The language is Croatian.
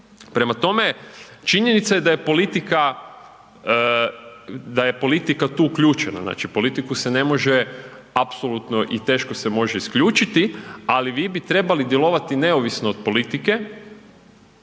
Prema tome, činjenica je da je politika, da je politika tu uključena, znači politiku se ne može apsolutno i teško se može isključiti, ali vi bi trebali djelovati neovisno od politike,